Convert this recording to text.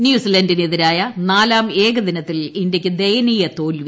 ന്യൂസിലന്റിനെതിരായ നാലാം ഏകദിനത്തിൽ ഇന്ത്യയ്ക്ക് ദയനീയ തോൽവി